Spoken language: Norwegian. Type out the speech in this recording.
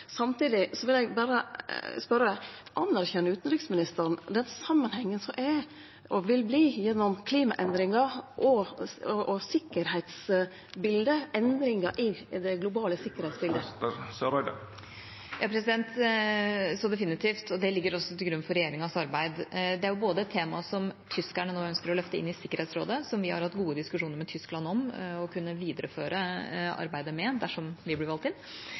Samtidig vil eg spørje: Anerkjenner utanriksministeren den samanhengen som er og vil verte mellom klimaendringar og sikkerheitsbiletet, endringar i det globale sikkerheitsbiletet? Så definitivt. Det ligger også til grunn for regjeringas arbeid. Det er et tema som tyskerne nå ønsker å løfte inn i Sikkerhetsrådet, og som vi har hatt gode diskusjoner med Tyskland om å kunne videreføre arbeidet med dersom vi blir valgt inn.